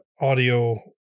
audio